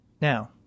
Now